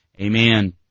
Amen